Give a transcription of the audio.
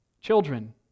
Children